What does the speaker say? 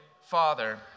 father